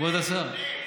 כבוד השר.